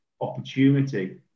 opportunity